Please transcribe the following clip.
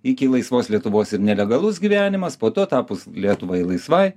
iki laisvos lietuvos ir nelegalus gyvenimas po to tapus lietuvai laisvai